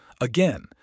Again